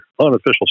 unofficial